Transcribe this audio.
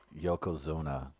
Yokozuna